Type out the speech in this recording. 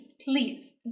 please